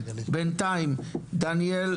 בינתיים דניאל